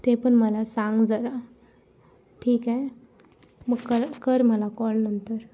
ते पण मला सांग जरा ठीक आहे मग कर कर मला कॉल नंतर